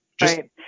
Right